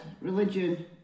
religion